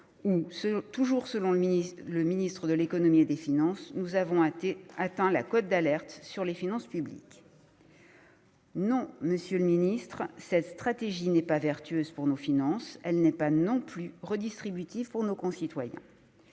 où, toujours selon le ministre de l'économie et des finances, « nous avons atteint la cote d'alerte sur les finances publiques ». Non, monsieur le ministre, cette stratégie n'est pas vertueuse pour nos finances ; elle n'est pas non plus redistributive pour nos concitoyens.